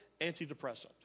antidepressant